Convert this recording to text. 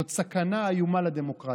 זאת סכנה איומה לדמוקרטיה.